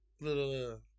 little